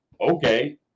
okay